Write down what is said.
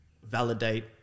validate